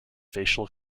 facial